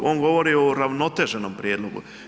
On govori o uravnoteženom prijedlogu.